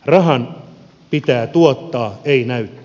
rahan pitää tuottaa ei näyttää